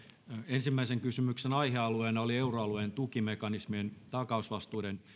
ensimmäisen kysymyksen aihealueena oli euroalueen tukimekanismien takausvastuiden